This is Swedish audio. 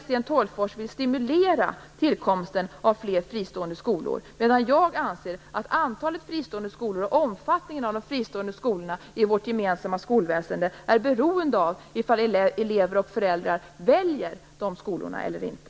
Sten Tolgfors vill stimulera tillkomsten av fler fristående skolor, medan jag anser att antalet fristående skolor och omfattningen av de fristående skolorna i vårt gemensamma skolväsende är beroende av om elever och föräldrar väljer dessa skolor eller inte.